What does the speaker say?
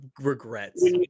regrets